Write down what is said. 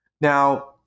Now